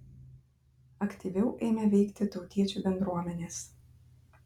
aktyviau ėmė veikti tautiečių bendruomenės